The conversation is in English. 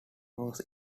was